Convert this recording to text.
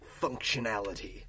functionality